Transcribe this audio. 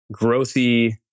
growthy